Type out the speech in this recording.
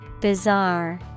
Bizarre